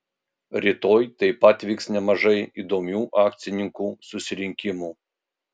rytoj taip pat vyks nemažai įdomių akcininkų susirinkimų